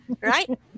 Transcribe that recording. right